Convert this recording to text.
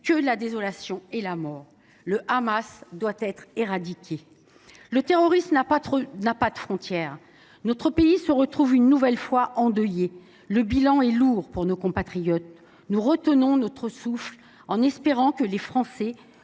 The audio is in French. que la désolation et la mort. Le Hamas doit être éradiqué ! Le terrorisme n’a pas de frontières. Notre pays se trouve une nouvelle fois endeuillé. Le bilan est lourd pour nos compatriotes. Nous retenons notre souffle, dans l’espoir que les Français